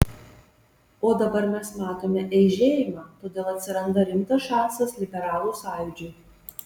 o dabar mes matome eižėjimą todėl atsiranda rimtas šansas liberalų sąjūdžiui